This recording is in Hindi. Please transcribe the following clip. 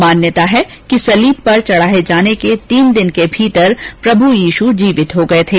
मान्यता है कि सलीब पर चढ़ाए जाने के तीन दिन बाद प्रभू यीश् जीवित हो गए थे